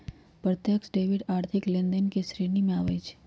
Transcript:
प्रत्यक्ष डेबिट आर्थिक लेनदेन के श्रेणी में आबइ छै